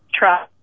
truck